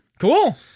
Cool